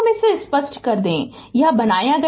तोयह बनाया गया है